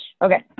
Okay